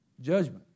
judgment